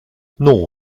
non